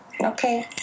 Okay